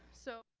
so